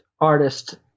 artist